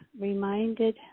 reminded